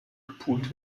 gepult